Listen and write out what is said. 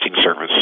service